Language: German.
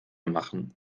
machen